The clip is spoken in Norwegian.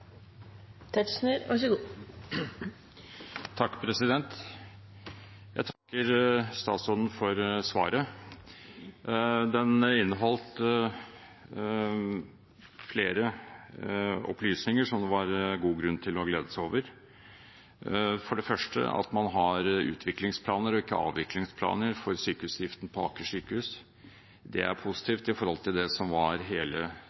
det var god grunn til å glede seg over, for det første at man har utviklingsplaner – og ikke avviklingsplaner – for sykehusdriften på Aker sykehus. Det er positivt i forhold til det som var hele